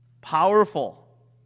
Powerful